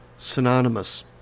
synonymous